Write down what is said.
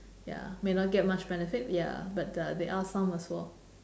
ya may not get much benefit ya but uh there are some as well